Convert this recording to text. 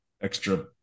extra